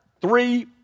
three